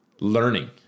learning